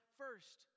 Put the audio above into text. first